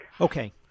Okay